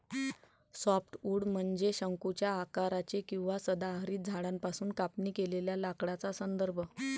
softwood म्हणजे शंकूच्या आकाराचे किंवा सदाहरित झाडांपासून कापणी केलेल्या लाकडाचा संदर्भ